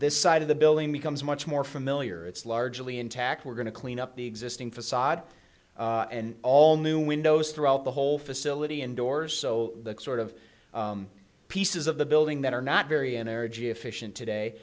this side of the building becomes much more familiar it's largely intact we're going to clean up the existing facade and all new windows throughout the whole facility indoors so the sort of pieces of the building that are not very energy efficient today